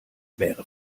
wäre